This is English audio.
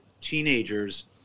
teenagers